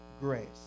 grace